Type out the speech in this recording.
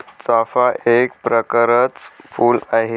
चाफा एक प्रकरच फुल आहे